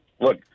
look